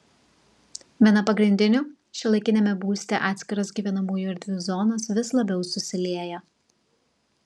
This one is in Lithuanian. viena pagrindinių šiuolaikiniame būste atskiros gyvenamųjų erdvių zonos vis labiau susilieja